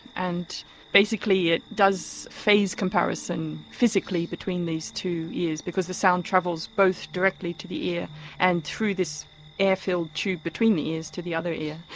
and basically it does phase comparison physically between these two ears. because the sound travels both directly to the ear and through this air-filled tube between the ears to the other ear.